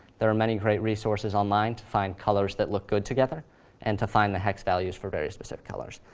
there are many great resources online to find colors that look good together and to find the hex values for very specific colors.